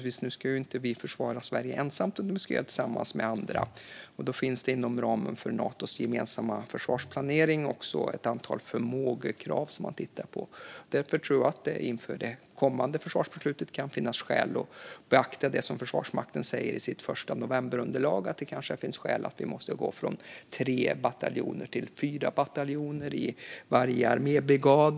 Vi ska inte ju försvara Sverige ensamt utan tillsammans med andra, och då finns det inom ramen för Natos gemensamma försvarsplanering också ett antal förmågekrav som man tittar på. Därför tror jag att det inför det kommande försvarsbeslutet kan finnas skäl att beakta det som Försvarsmakten säger i sitt förstanovemberunderlag, nämligen att det kanske finns skäl att gå från tre bataljoner till fyra bataljoner i varje armébrigad.